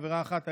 חברה אחת,